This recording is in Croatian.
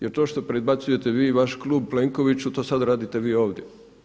Jer to što predbacujete vi i vaš klub Plenkoviću to sada radite vi ovdje.